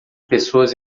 pessoas